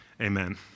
amen